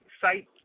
site